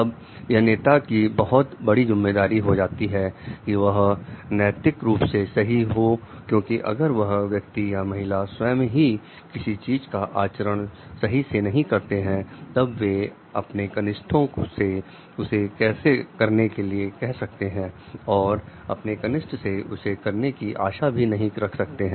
तब यह नेता की बहुत बड़ी जिम्मेदारी हो जाती है कि वह नैतिक रुप से सही हो क्योंकि अगर वह व्यक्ति या महिला स्वयं ही किसी चीज का अनुसरण नहीं करते हैं तब वे अपने कनिष्ठ ओं से उसे करने के लिए नहीं कह सकते हैं और अपने कनिष्ठ से उसे करने की आशा भी नहीं रख सकते हैं